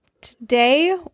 Today